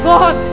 God